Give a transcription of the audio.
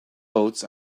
boats